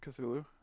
Cthulhu